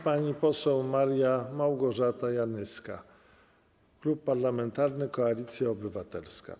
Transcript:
Pani poseł Maria Małgorzata Janyska, Klub Parlamentarny Koalicja Obywatelska.